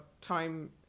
Time